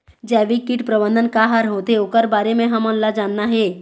जैविक कीट प्रबंधन का हर होथे ओकर बारे मे हमन ला जानना हे?